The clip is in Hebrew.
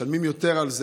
משלמים על זה יותר,